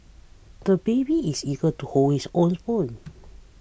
the baby is eager to hold his own spoon